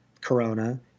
corona